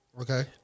Okay